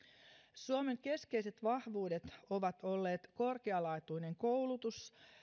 suomen keskeiset vahvuudet ovat olleet korkealaatuinen koulutus